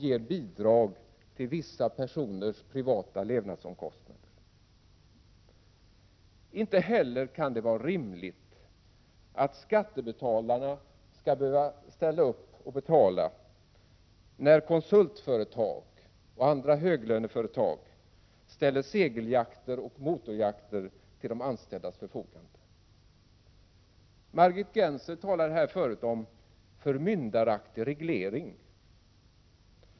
1987/88:46 personers privata levnadsomkostnader. Inte heller är det rimligt att skattebe 16 december 1987 talarna skall behöva ställa upp och betala när konsultföretag och andra = Hg höglöneföretag ställer segeljakter och motorjakter till de anställdas förfogande. Margit Gennser talade förut om förmyndaraktig reglering.